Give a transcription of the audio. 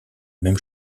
même